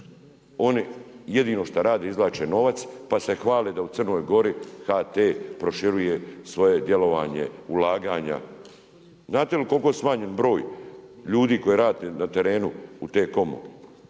Oni jedino šta rade, izvlače novac pa se hvale da u Crnoj Gori HT proširuje svoje djelovanje ulaganja. Znate koliko je smanjen broj ljudi koji rade na terenu u T-COM-u?